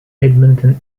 edmonton